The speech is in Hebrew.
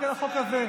רק על החוק הזה.